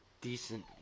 decent